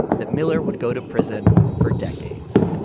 that miller would go to prison for decades.